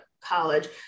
college